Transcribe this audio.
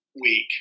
week